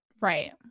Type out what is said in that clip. Right